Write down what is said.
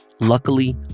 Luckily